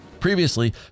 Previously